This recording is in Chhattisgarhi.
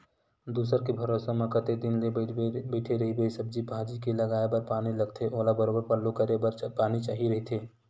दूसर के भरोसा म कतेक दिन ले बइठे रहिबे, सब्जी भाजी के लगाये बर पानी लगथे ओला बरोबर पल्लो करे बर पानी चाही रहिथे